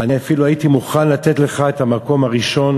אני אפילו הייתי מוכן לתת לך את המקום הראשון.